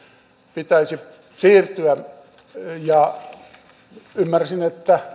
pitäisi siirtyä ymmärsin että